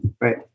Right